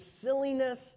silliness